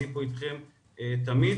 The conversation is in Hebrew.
אני פה אתכם תמיד,